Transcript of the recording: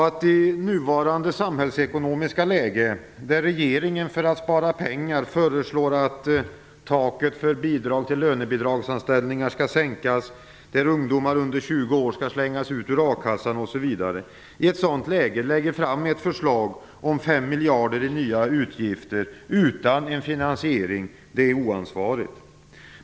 Att i nuvarande samhällsekonomiska läge, där regeringen för att spara pengar föreslår att taket för bidrag till lönebidragsanställningar skall sänkas och ungdomar under 20 år skall slängas ut ur a-kassa, lägga fram ett förslag om 5 miljarder kronor i nya utgifter utan finansiering är oansvarigt.